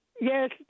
Yes